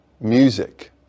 music